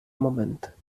момент